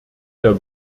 der